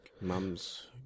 Mum's